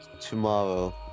tomorrow